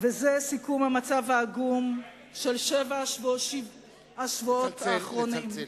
וזה סיכום המצב העגום של שבעת השבועות האחרונים.